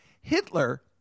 Hitler